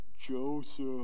Joseph